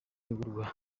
rwego